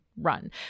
run